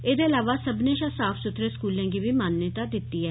एह्दे अलावा सब्मनें शा साफ सुथरे स्कूलें गी बी मान्यता दित्ता ऐ